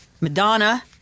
Madonna